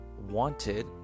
wanted